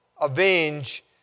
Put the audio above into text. avenge